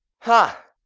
ha!